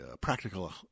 practical